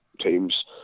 teams